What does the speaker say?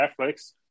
Netflix